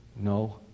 No